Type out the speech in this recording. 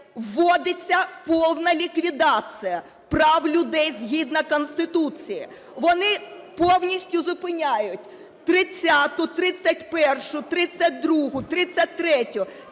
вводиться повна ліквідація прав людей згідно Конституції. Вони повністю зупиняють 30-у, 31-у, 32-у, 33-ю,